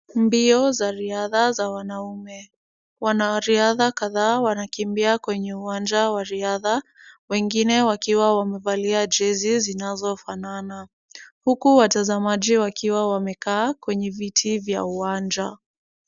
Mbio za riadha za wanaume. Wanariadha kadhaa wanakimbia kwenye uwanja wa riadha, wengine wakiwa wamevalia jezi zinazofanana, huku watazamaji wakiwa wamekaa kwenye viti vya uwanja.